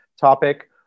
topic